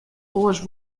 oars